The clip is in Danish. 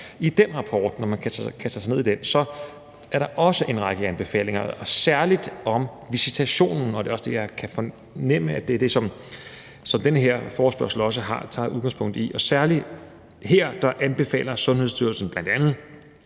I den rapport, hvis man kaster sig ned i den, er der også en række anbefalinger, særlig om visitationen, og det er også det, jeg kan fornemme den her forespørgsel tager udgangspunkt i. Her anbefaler Sundhedsstyrelsen bl.a. særligt,